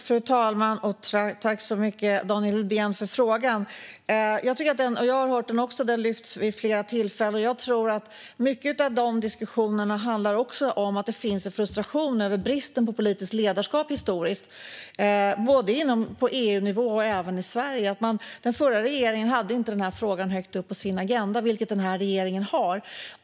Fru talman! Tack så mycket för frågan, Daniel Helldén! Jag har också hört den. Den har lyfts upp vid flera tillfällen. Jag tror att mycket av diskussionen också handlar om att det finns en frustration över bristen på politiskt ledarskap, historiskt sett, på EU-nivå men även i Sverige. Den förra regeringen hade inte den här frågan högt upp på sin agenda, vilket den här regeringen har.